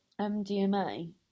MDMA